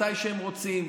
מתי שהם רוצים.